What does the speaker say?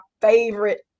favorite